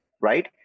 right